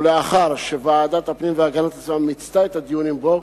ולאחר שוועדת הפנים והגנת הסביבה מיצתה את הדיונים בו,